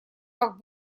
как